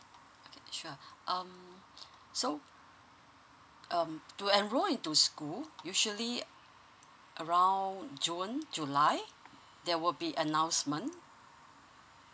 okay sure um so um to enroll into school usually uh around june july there will be announcement